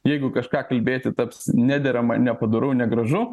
jeigu kažką kalbėti taps nederama nepadoru negražu